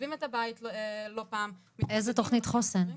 עוזבים את הבית לא פעם --- איזה תוכנית חוסן?